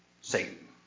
Satan